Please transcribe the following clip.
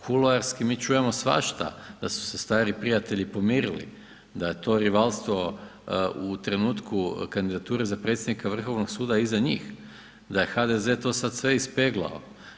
Kuloarski mi čujemo svašta, da su se stari prijatelji pomirili, da je to rivalstvo u trenutku kandidature za predsjednika Vrhovnog suda iza njih, da je HDZ to sad sve ispeglao.